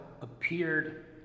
appeared